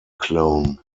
clone